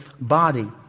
body